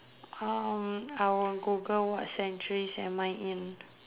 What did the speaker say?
uh I will Google what centuries am I in